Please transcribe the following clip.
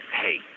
hey